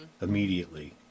immediately